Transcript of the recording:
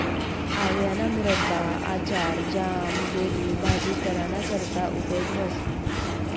आवयाना मुरब्बा, आचार, ज्याम, जेली, भाजी कराना करता उपेग व्हस